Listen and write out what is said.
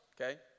okay